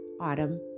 autumn